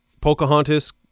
Pocahontas